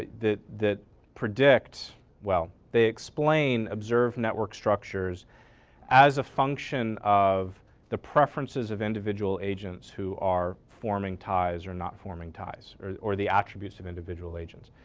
that predict, well, they explain observed network structures as a function of the preferences of individual agents who are forming ties or not forming ties or or the attributes of individual agents.